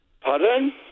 Pardon